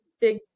big